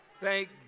Thank